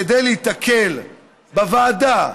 כדי להיתקל בוועדה,